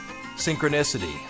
synchronicity